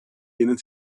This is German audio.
denen